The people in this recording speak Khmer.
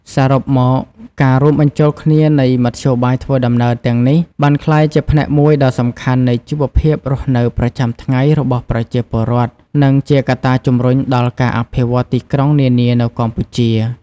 សរុបមក ការរួមបញ្ចូលគ្នានៃមធ្យោបាយធ្វើដំណើរទាំងនេះ បានក្លាយជាផ្នែកមួយដ៏សំខាន់នៃជីវភាពរស់នៅប្រចាំថ្ងៃរបស់ប្រជាពលរដ្ឋ និងជាកត្តាជំរុញដល់ការអភិវឌ្ឍទីក្រុងនានានៅកម្ពុជា។